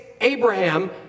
Abraham